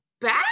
bad